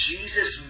Jesus